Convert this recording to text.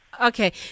Okay